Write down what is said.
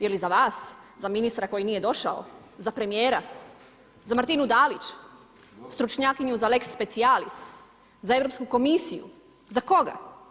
Jeli za vas, za ministra koji nije došao, za premijera, za Martinu DAlić stručnjakinju za lex specialis, za Europsku komisiju, za koga?